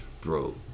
Bro